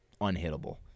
unhittable